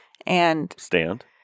Stand